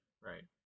right